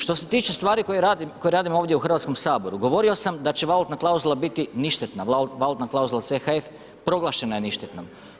Što se tiče stvari koje radimo ovdje u Hrvatskom saboru, govorio sam da će valutna klauzula biti ništetna, valutna klauzula CHF proglašena je ništetnom.